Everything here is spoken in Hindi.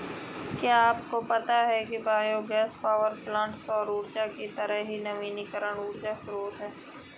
क्या आपको पता है कि बायोगैस पावरप्वाइंट सौर ऊर्जा की तरह ही नवीकरणीय ऊर्जा स्रोत है